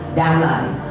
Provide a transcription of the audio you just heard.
downline